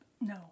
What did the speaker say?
No